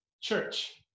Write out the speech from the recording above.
church